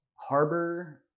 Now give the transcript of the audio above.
Harbor